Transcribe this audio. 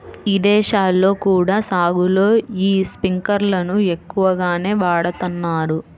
ఇదేశాల్లో కూడా సాగులో యీ స్పింకర్లను ఎక్కువగానే వాడతన్నారు